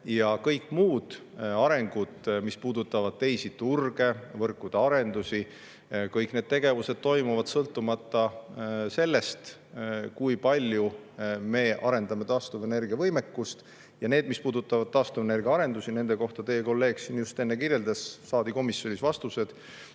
Ja kõik muud arengud, mis puudutavad teisi turge, võrkude arendusi – kõik need tegevused toimuvad sõltumata sellest, kui palju me arendame taastuvenergiavõimekust. Ja mis puudutab taastuvenergiaarendusi, siis nende kohta, nagu teie kolleeg siin enne märkis, saadi komisjonis vastused,